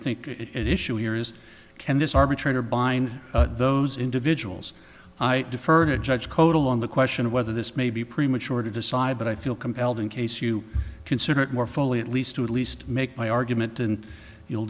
think it issue here is can this arbitrator bind those individuals i defer to judge total on the question of whether this may be premature to decide but i feel compelled in case you consider it more fully at least to at least make my argument and you